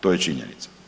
To je činjenica.